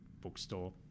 bookstore